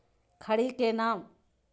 खड़ी के नाम?